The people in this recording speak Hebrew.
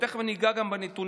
ותכף אני אגע גם בנתונים.